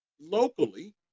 locally